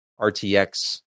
RTX